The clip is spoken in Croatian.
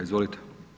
Izvolite!